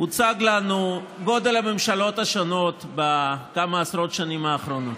הוצג לנו גודל הממשלות השונות בכמה עשרות השנים האחרונות.